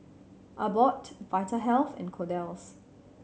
Abbott Vitahealth and Kordel's